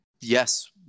yes